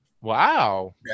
Wow